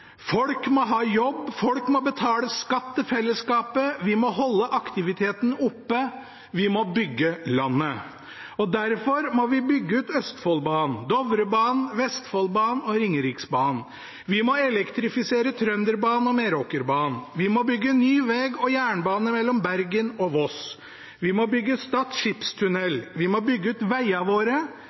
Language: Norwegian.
Folk må ha jobb, folk må betale skatt til fellesskapet, vi må holde aktiviteten oppe, og vi må bygge landet. Derfor må vi bygge ut Østfoldbanen, Dovrebanen, Vestfoldbanen og Ringeriksbanen. Vi må elektrifisere Trønderbanen og Meråkerbanen. Vi må bygge ny veg og jernbane mellom Bergen og Voss. Vi må bygge Stad skipstunnel, vi må bygge ut vegene våre,